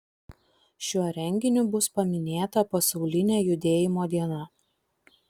šiuo renginiu bus paminėta pasaulinė judėjimo diena